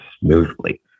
smoothly